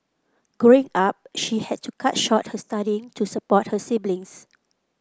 Growing Up she had to cut short her studying to support her siblings